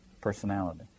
personality